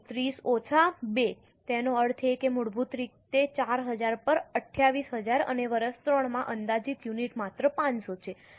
તેથી 30 ઓછા 2 તેનો અર્થ એ કે મૂળભૂત રીતે 4000 પર 28000 અને વર્ષ 3 માં અંદાજિત યુનિટ માત્ર 500 છે